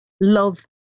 love